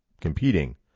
competing